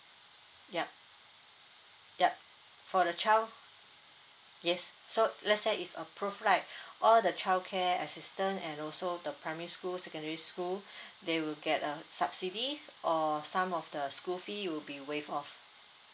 yup yup for the child yes so let's say if approve right all the childcare assistance and also the primary school secondary school they will get a subsidies or some of the school fee will be waive off